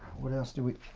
what else do we